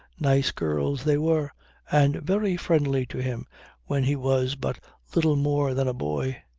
nice girls they were and very friendly to him when he was but little more than a boy.